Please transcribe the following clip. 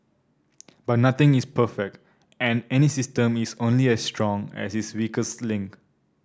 but nothing is perfect and any system is only as strong as its weakest link